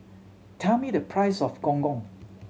tell me the price of Gong Gong